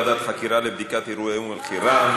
ועדת חקירה לבדיקת אירועי אום-אלחיראן,